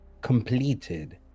Completed